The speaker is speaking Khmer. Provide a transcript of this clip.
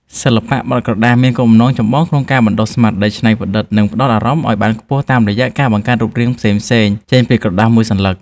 សិល្បៈបត់ក្រដាស មានគោលបំណងចម្បងក្នុងការបណ្ដុះស្មារតីច្នៃប្រឌិត និងការផ្ដោតអារម្មណ៍ឱ្យបានខ្ពស់តាមរយៈការបង្កើតរូបរាងផ្សេងៗចេញពីក្រដាសមួយសន្លឹក។